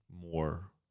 more